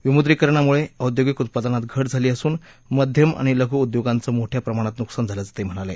विमुद्रीकरणामुळे औद्यागिक उत्पादनात घट झाली असून मध्यम आणि लघू उद्योगांचं मोठ्या प्रमाणात नुकसान झाल्याचं ते म्हणाले